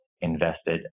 invested